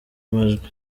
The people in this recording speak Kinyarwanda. amajwi